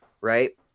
right